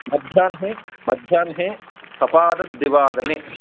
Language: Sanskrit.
मध्याह्ने मन्ध्याह्ने सपादद्विवादने